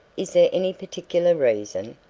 is there any particular reason?